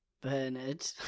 Bernard